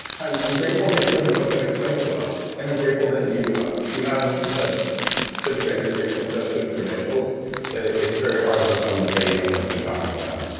i'm i'm grateful that you wrote a book that explains it well, and i'm grateful that you ah you have such such great experience and such good credentials that it's very hard for someone to say you don't know what you're talking about.